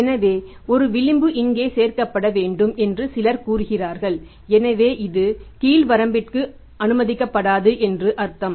எனவே ஒரு விளிம்பு இங்கே சேர்க்கப்பட வேண்டும் என்று சிலர் கூறுகிறார்கள் எனவே இது கீழ் வரம்பிற்கு அனுமதிக்கப்படாது என்று அர்த்தம்